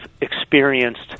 experienced